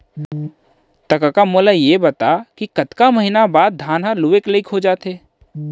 त कका मोला ये बता कि कतका महिना बाद धान ह लुए लाइक हो जाथे?